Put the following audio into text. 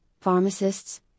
pharmacists